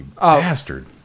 bastard